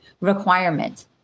requirement